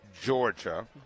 Georgia